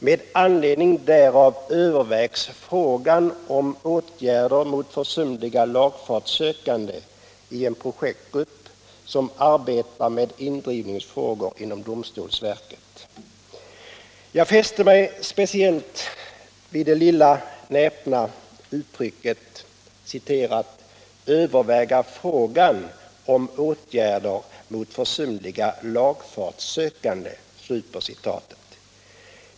Med anledning därav övervägs frågan om åtgärder mot försumliga lagfartssökande i en projektgrupp som arbetar med indrivningsfrågor inom domstolsverket.” Jag fäste mig speciellt vid det lilla näpna uttrycket ”övervägas frågan om åtgärder mot försumliga lagfartssökande”.